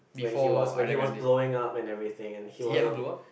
when he was when he was blowing up and everything and he was a